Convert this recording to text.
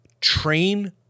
train